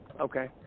okay